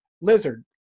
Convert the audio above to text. lizard